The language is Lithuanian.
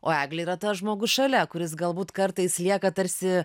o eglė yra tas žmogus šalia kuris galbūt kartais lieka tarsi